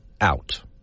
out